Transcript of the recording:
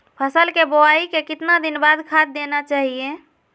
फसल के बोआई के कितना दिन बाद खाद देना चाइए?